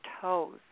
toes